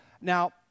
Now